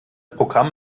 programm